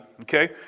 Okay